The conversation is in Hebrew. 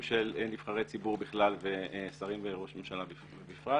של נבחרי ציבור בכלל ושרים וראש ממשלה בפרט